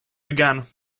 begun